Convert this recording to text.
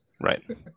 Right